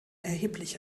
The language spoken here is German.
erheblich